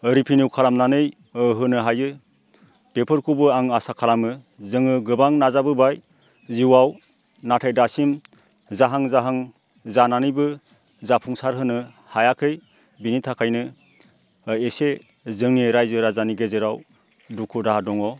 revenue खालामनानै होनो हायो बेफोरखौबो आं आसा खालामो जोङो गोबां नाजाबोबाय जिउआव नाथाय दासिम जाहां जाहां जानानैबो जाफुंसारहोनो हायाखै बिनि थाखायनो एसे जोंनि रायजो राजानि गेजेराव दुखु दाहा दङ